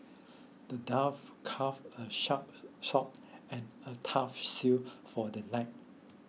the dwarf crafted a sharp sword and a tough shield for the knight